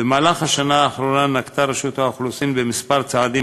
במהלך השנה האחרונה נקטה רשות האוכלוסין מספר צעדים